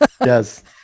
yes